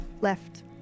Left